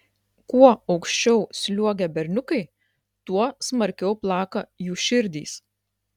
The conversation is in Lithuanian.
kuo aukščiau sliuogia berniukai tuo smarkiau plaka jų širdys